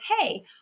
hey